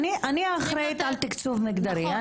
אני אחראית על תקצוב מגדרי,